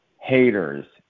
haters